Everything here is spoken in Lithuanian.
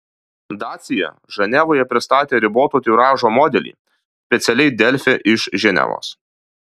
dacia ženevoje pristatė riboto tiražo modelį specialiai delfi iš ženevos